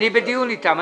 אני בדיון איתם.